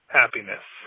happiness